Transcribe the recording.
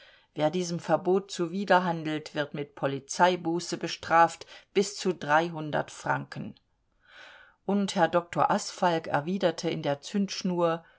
wer diesem verbot zuwiderhandelt wird mit polizeibuße bestraft bis zu dreihundert franken und herr dr asfalg erwiderte in der zündschnur